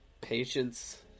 Patience